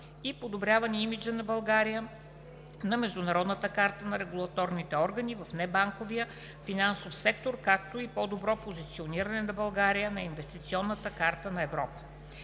и подобряване имиджа на България на международната карта на регулаторните органи в небанковия финансов сектор, както и по доброто позициониране на България на „инвестиционната карта на Европа“.